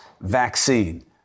vaccine